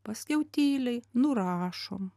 paskiau tyliai nurašom